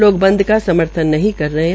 लोग बंद का समर्थन नहीं कर रहे है